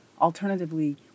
alternatively